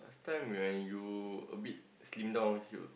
last time when you a bit slim down he will